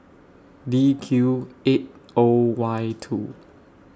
D Q eight O Y two